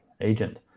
agent